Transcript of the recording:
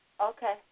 Okay